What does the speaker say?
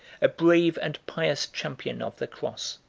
a brave and pious champion of the cross.